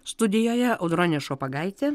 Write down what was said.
studijoje audronė šopagaitė